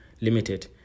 limited